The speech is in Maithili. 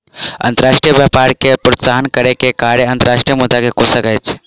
अंतर्राष्ट्रीय व्यापार के प्रोत्साहन करै के कार्य अंतर्राष्ट्रीय मुद्रा कोशक अछि